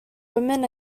women